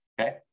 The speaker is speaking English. Okay